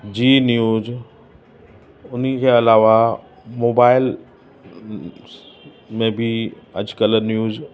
जी न्यूज उनी खे अलावा मोबाइल में बि अॼुकल्ह न्यूज